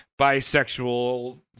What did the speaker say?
bisexual